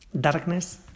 darkness